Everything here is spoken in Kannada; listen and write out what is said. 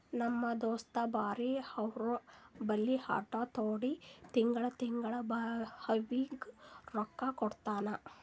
ನಮ್ ದೋಸ್ತ ಬ್ಯಾರೆ ಅವ್ರ ಬಲ್ಲಿ ಆಟೋ ತೊಂಡಿ ತಿಂಗಳಾ ತಿಂಗಳಾ ಅವ್ರಿಗ್ ರೊಕ್ಕಾ ಕೊಡ್ತಾನ್